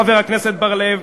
חבר הכנסת בר-לב,